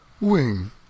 Wing